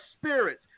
spirits